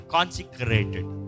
Consecrated